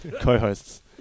co-hosts